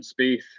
Spieth